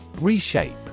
Reshape